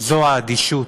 זה האדישות,